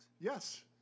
Yes